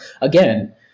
again